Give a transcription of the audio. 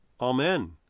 Amen